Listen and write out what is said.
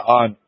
on